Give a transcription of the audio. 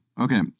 Okay